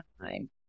time